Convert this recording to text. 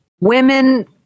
Women